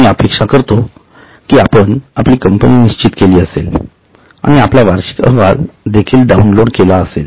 मी अपेक्षा करतो कि आपण आपली कंपनी निश्चित केली असेल आणि आपला वार्षिक अहवाल देखील डाउनलोड केला असेल